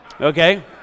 Okay